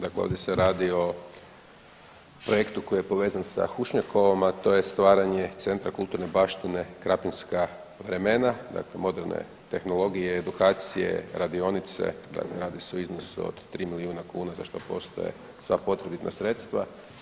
Dakle, ovdje se radi o projektu koji je povezan sa Hušnjakovom, a to je stvaranje centra kulturne baštine Krapinska vremena, dakle moderne tehnologije, edukacije, radionice, radi se o iznosu od 3 milijuna kuna za što postoje sva potrebitna sredstva.